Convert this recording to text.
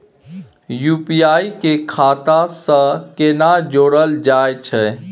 UPI के खाता सं केना जोरल जाए छै?